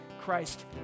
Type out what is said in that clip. Christ